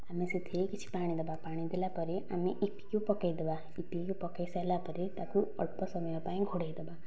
ଆମେ ସେଥିରେ କିଛି ପାଣି ଦେବା ପାଣି ଦେଲା ପରେ ଆମେ ଇପି କୁ ପକେଇଦେବା ଇପି କୁ ପକେଇସାରିଲା ପରେ ତାକୁ ଅଳ୍ପ ସମୟ ପାଇଁ ଘୋଡ଼ାଇ ଦେବା